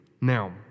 Now